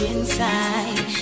Inside